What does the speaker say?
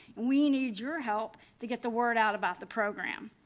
we need your help to get the word out about the program.